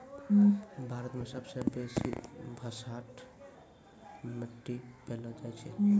भारत मे सबसे बेसी भसाठ मट्टी पैलो जाय छै